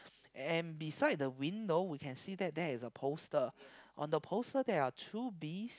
and beside the window we can see that there is the poster on the poster there are two bees